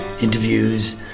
interviews